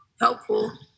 helpful